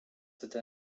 cette